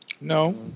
No